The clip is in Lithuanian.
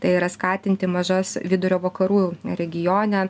tai yra skatinti mažas vidurio vakarų regione